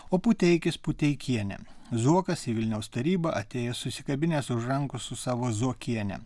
o puteikis puteikienę zuokas į vilniaus tarybą atėjo susikabinęs už rankos su savo zuokiene